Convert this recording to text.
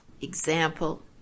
example